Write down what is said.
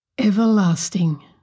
Everlasting